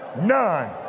None